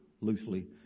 loosely